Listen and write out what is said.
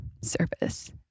service